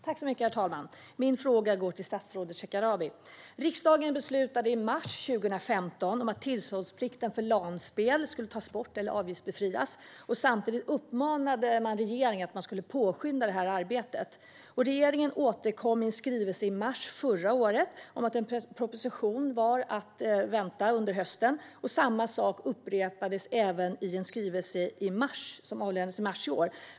Herr talman! Min fråga går till statsrådet Shekarabi. Riksdagen beslutade i mars 2015 att tillståndsplikten för LAN-spel skulle tas bort eller avgiftsbefrias. Samtidigt uppmanade man regeringen att påskynda detta arbete. Regeringen återkom i en skrivelse i mars förra året om att en proposition var att vänta under hösten. Detta upprepades i en skrivelse som avlämnades i mars i år.